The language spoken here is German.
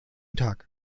tag